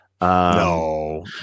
No